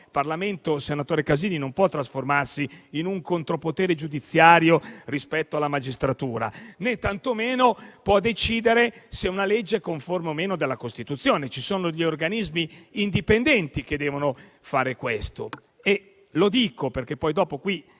Il Parlamento, senatore Casini, non può trasformarsi in un contropotere giudiziario rispetto alla magistratura, né tantomeno può decidere se una legge sia conforme o meno alla Costituzione. Esistono degli organismi indipendenti che devono fare questo. Lo dico perché poi qui